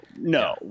no